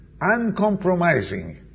Uncompromising